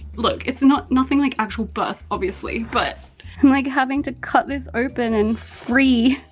look, it's not nothing like actual birth obviously, but i'm like having to cut this open and free.